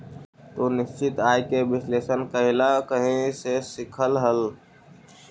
तू निश्चित आय के विश्लेषण कइला कहीं से सीखलऽ हल?